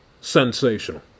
sensational